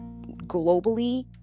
globally